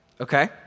Okay